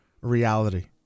reality